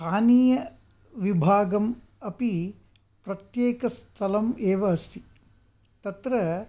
स्थानीयविभागम् अपि प्रत्येकस्थलम् एव अस्ति तत्र